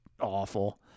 awful